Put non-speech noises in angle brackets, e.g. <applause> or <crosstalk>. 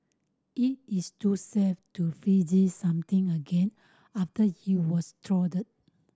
it is too safe to freeze something again after it was <unintelligible>